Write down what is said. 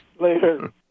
Later